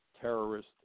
terrorist